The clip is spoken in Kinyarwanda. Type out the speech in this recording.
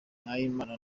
nahimana